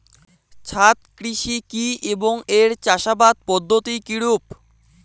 ছাদ কৃষি কী এবং এর চাষাবাদ পদ্ধতি কিরূপ?